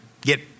get